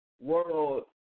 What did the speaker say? World